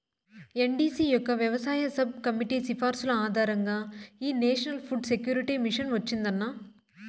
NDC యొక్క వ్యవసాయ sub committee సిఫార్సుల ఆధారంగా ఈ నేషనల్ ఫుడ్ సెక్యూరిటీ మిషన్ వచ్చిందన్న